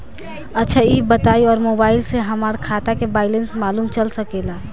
अच्छा ई बताईं और मोबाइल से हमार खाता के बइलेंस मालूम चल सकेला?